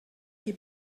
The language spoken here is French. qui